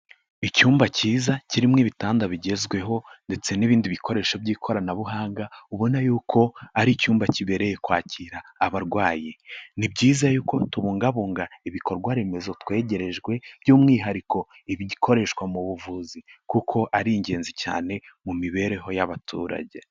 Icyumba cyiza kirimo ibitanda bigezweho ndetse n'ibindi bikoresho by'ikoranabuhanga ubona ko ari icyumba kibereye kwakira abarwayi. Ni byiza ko tubungabunga ibikorwaremezo twegerejwe, by'umwihariko ibikoreshwa mu buvuzi, kuko ari ingenzi cyane mu mibereho y'abaturage.